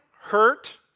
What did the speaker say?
hurt